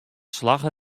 slagge